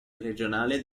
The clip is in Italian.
regionale